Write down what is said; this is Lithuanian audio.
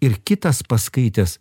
ir kitas paskaitęs